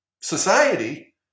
society